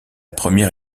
première